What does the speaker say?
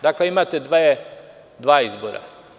Dakle, imate dva izbora.